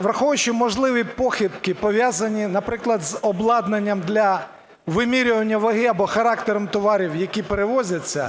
Враховуючи можливі похибки, пов'язані, наприклад, з обладнанням для вимірювання ваги або характером товарів, які перевозяться,